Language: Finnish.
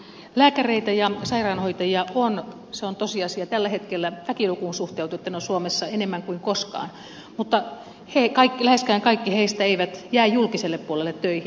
lääkäreitä ja sairaanhoitajia on se on tosiasia tällä hetkellä väkilukuun suhteutettuna suomessa enemmän kuin koskaan mutta läheskään kaikki heistä eivät jää julkiselle puolelle töihin